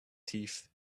teeth